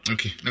Okay